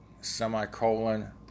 Semicolon